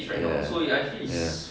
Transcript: ya ya